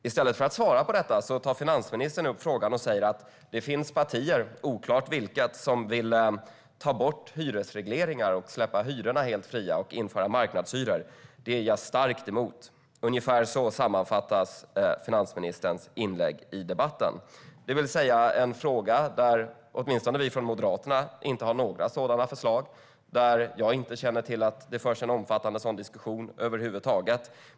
I stället för att svara på detta tar finansministern upp att det finns partier, oklart vilka, som vill ta bort hyresregleringar, släppa hyrorna fria och införa marknadshyror, vilket hon är starkt emot. Ungefär så kan finansministerns inlägg i debatten sammanfattas. Hon tar alltså upp en fråga där åtminstone Moderaterna inte har några förslag, och jag känner inte till att det skulle föras en omfattande sådan diskussion över huvud taget.